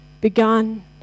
begun